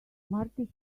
marty